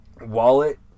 wallet